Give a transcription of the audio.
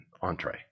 entree